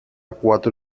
cuatro